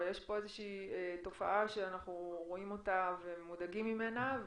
אבל יש פה איזושהי תופעה שאנחנו רואים אותה ומודאגים ממנה.